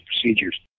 procedures